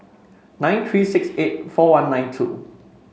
nine three six eight four one nine two